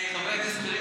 חבר הכנסת קריב,